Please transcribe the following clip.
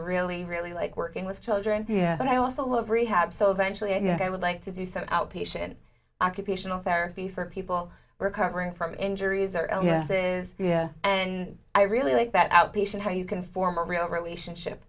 really really like working with children but i also love rehab so eventually i mean i would like to do some outpatient occupational therapy for people recovering from injuries or illnesses and i really like that outpatient how you can form a real relationship